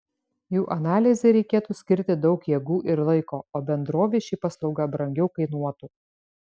jų analizei reikėtų skirti daug jėgų ir laiko o bendrovei ši paslauga brangiau kainuotų